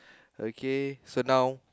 okay so now